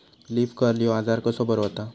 Leaf curl ह्यो आजार कसो बरो व्हता?